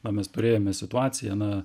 na mes turėjome situaciją na